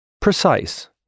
Precise